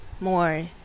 more